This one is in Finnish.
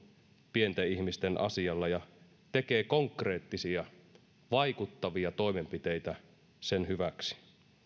pienten ihmisten asialla ja tekee konkreettisia vaikuttavia toimenpiteitä sen hyväksi